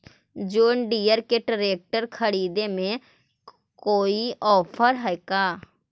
जोन Deere के tractor खरिदे में कोई औफर है का?